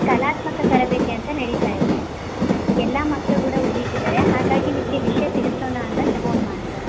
ಕಲಾತ್ಮಕ ತರಬೇತಿ ಅಂತ ನಡೀತಾ ಇದೆ ಎಲ್ಲ ಮಕ್ಕಳು ಕೂಡ ಉಳೀತಿದ್ದಾರೆ ಹಾಗಾಗಿ ನಿಮಗೆ ವಿಷಯ ತಿಳಿಸೋಣ ಅಂತಂದ್ ಫೋನ್ ಮಾಡಿದೆ